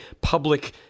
public